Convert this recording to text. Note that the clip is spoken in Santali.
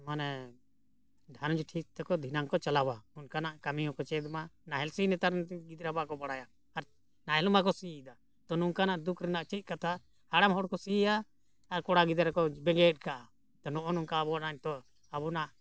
ᱢᱟᱱᱮ ᱫᱷᱟᱹᱱᱩᱡᱤ ᱴᱷᱤᱠ ᱛᱮᱠᱚ ᱫᱷᱤᱱᱟᱝ ᱠᱚ ᱪᱟᱞᱟᱣᱟ ᱚᱱᱠᱟᱱᱟᱜ ᱠᱟᱹᱢᱤ ᱦᱚᱸᱠᱚ ᱪᱮᱫ ᱢᱟ ᱱᱟᱦᱮᱞ ᱥᱤ ᱱᱮᱛᱟᱨ ᱱᱤᱛᱚᱜ ᱜᱤᱫᱽᱨᱟᱹ ᱵᱟᱠᱚ ᱵᱟᱲᱟᱭᱟ ᱟᱨ ᱱᱟᱦᱮᱞ ᱢᱟᱠᱚ ᱥᱤᱭᱮᱫᱟ ᱛᱚ ᱱᱚᱝᱠᱟᱱᱟᱜ ᱫᱩᱠ ᱨᱮᱱᱟᱜ ᱪᱮᱫ ᱠᱟᱛᱷᱟ ᱦᱟᱲᱟᱢ ᱦᱚᱲ ᱠᱚ ᱥᱤᱭᱟ ᱟᱨ ᱠᱚᱲᱟ ᱜᱤᱫᱽᱨᱟᱹ ᱠᱚ ᱵᱮᱸᱜᱮᱫ ᱠᱟᱜᱼᱟ ᱛᱚ ᱱᱚᱜᱼᱚ ᱱᱚᱝᱠᱟ ᱟᱵᱚᱱᱟᱜ ᱱᱤᱛᱚᱜ ᱟᱵᱚᱱᱟᱜ